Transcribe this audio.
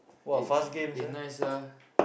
eh eh nice ah